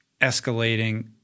escalating